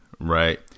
Right